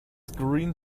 screen